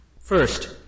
First